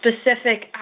specific